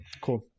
cool